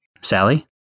Sally